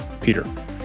Peter